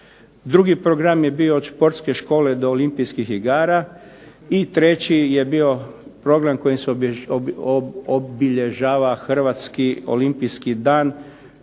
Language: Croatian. Drugi program je bio od sportske škole do olimpijskih igara. I treći je bio program kojim se obilježava Hrvatski olimpijski dan